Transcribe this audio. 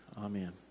amen